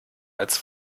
als